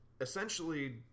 essentially